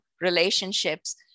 relationships